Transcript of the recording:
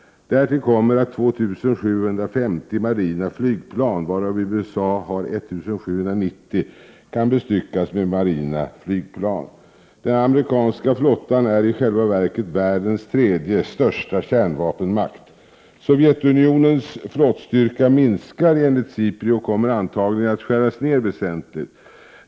Därtill kommer att 2 750 marina flygplan, varav USA har 1 790, kan bestyckas med marina flygplan. Den amerikanska flottan är i själva verket ”världens tredje största kärnvapenmakt”. Sovjetunionens flottstyrka minskar enligt SIPRI och kommer antagligen att skäras ner väsentligt.